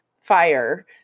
fire